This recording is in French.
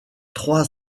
trois